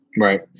Right